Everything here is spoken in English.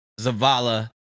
Zavala